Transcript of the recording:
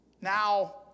now